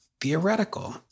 theoretical